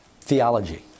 theology